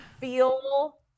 feel